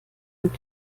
und